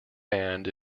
banned